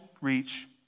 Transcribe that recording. reach